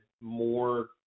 more